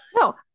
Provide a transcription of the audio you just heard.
No